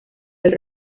del